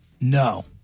No